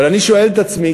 אבל אני שואל את עצמי,